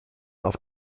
auf